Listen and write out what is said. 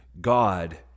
God